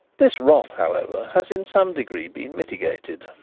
this wrath, however, has in some degree been mitigated,